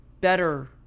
better